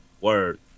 Word